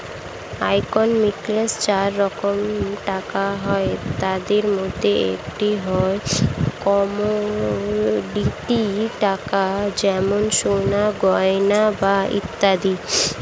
ইকোনমিক্সে চার রকম টাকা হয়, তাদের মধ্যে একটি হল কমোডিটি টাকা যেমন সোনার গয়না বা ইত্যাদি